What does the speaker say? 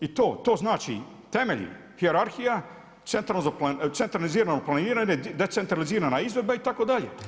I to, to znači temelji hijerarhija, centralizirano planiranje, decentralizirana izvedba itd.